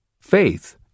Faith